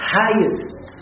highest